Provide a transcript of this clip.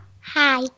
hi